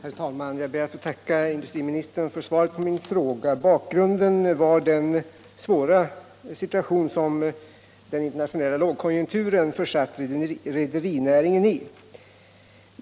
Herr talman! Jag ber att få tacka industriministern för svaret på min fråga. Bakgrunden var den svåra situation som den internationella lågkonjunkturen försatt rederinäringen i.